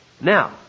Now